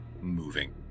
moving